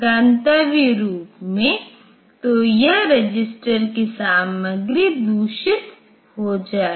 इसलिए यह सशर्त निष्पादन सीधे लाइन प्रकार के कोड की ओर ले जाता है जो कार्यक्रमों के पाइपलाइन निष्पादन में मदद करता है